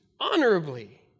honorably